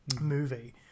movie